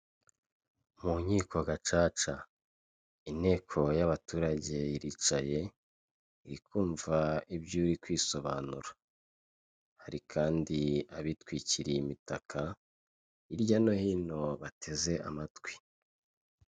Mu nkiko gacaca inteko y'abaturage iricaye irikumva iby'uri kwisobanura, hari kandi abitwikiriye imitaka hirya no hino bateze amatwi.